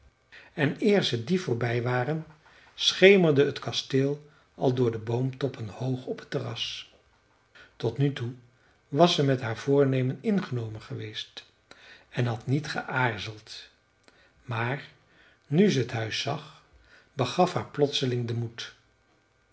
en eer ze die voorbij waren schemerde het kasteel al door de boomtoppen hoog op het terras tot nu toe was ze met haar voornemen ingenomen geweest en had niet geaarzeld maar nu ze het huis zag begaf haar plotseling de moed